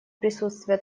присутствие